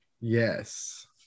Yes